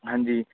ਹਾਂਜੀ